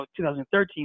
2013